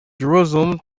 jerusalem